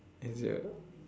is it